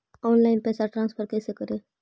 Online पैसा transfer कैसे करे?